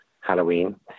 Halloween